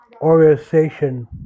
organization